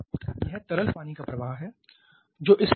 यह तरल पानी का प्रवाह है जो इस पर आ रहा है